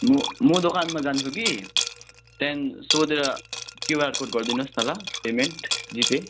म म दोकानमा जान्छु कि त्यहाँदेखि सोधेर क्युआर कोड गरिदिनुहोस् न ल पेमेन्ट जिपे